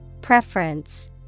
Preference